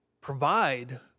provide